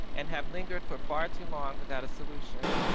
and have lingered for far too long without a solution.